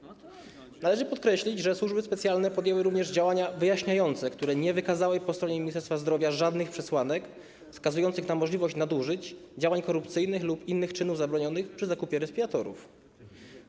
Należy podkreślić, że służby specjalne podjęły również działania wyjaśniające, które nie wykazały po stronie Ministerstwa Zdrowia żadnych przesłanek wskazujących na możliwość nadużyć, działań korupcyjnych lub innych czynów zabronionych przy zakupie respiratorów.